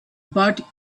but